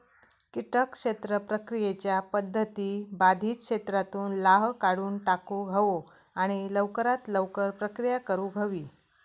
किटक क्षेत्र प्रक्रियेच्या पध्दती बाधित क्षेत्रातुन लाह काढुन टाकुक हवो आणि लवकरात लवकर प्रक्रिया करुक हवी